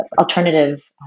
alternative